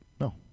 No